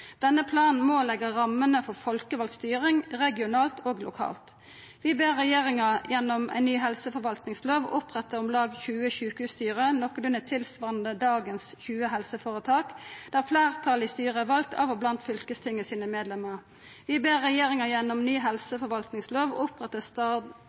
Denne planen må leggja rammene for folkevald styring regionalt og lokalt. Vi ber regjeringa gjennom ei ny helseforvaltingslov oppretta om lag 20 sjukehusstyre, nokolunde tilsvarande dagens 20 helseføretak, der fleirtalet i styret er valt av og blant fylkestinget sine medlemmar. Vi ber regjeringa gjennom ny